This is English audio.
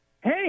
Hey